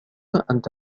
أنت